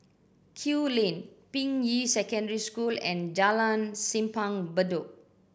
Kew Lane Ping Yi Secondary School and Jalan Simpang Bedok